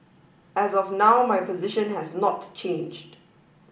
as of now my position has not changed